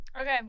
Okay